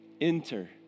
Enter